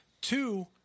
Two